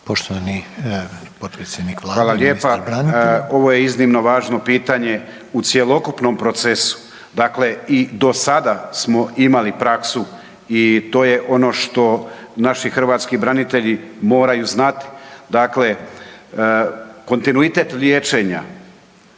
Poštovani potpredsjednik Vlade i ministar branitelja. **Medved, Tomo (HDZ)** Hvala lijepa. Ovo je iznimno važno pitanje u cjelokupnom procesu, dakle i do sada smo imali praksu i to je ono što naši hrvatski branitelji moraju znati, dakle kontinuitet liječenja